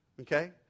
Okay